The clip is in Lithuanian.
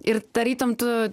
ir tarytum tu